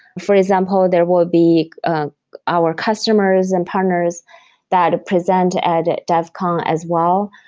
for example, there will be our customers and partners that present at devcon as well,